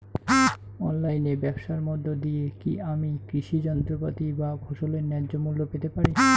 অনলাইনে ব্যাবসার মধ্য দিয়ে কী আমি কৃষি যন্ত্রপাতি বা ফসলের ন্যায্য মূল্য পেতে পারি?